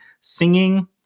singing